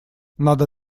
надо